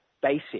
basic